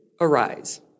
Arise